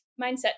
mindset